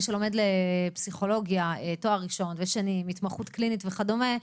מי שלומד פסיכולוגיה תואר ראשון ושני עם התמחות קלינית וכדומה,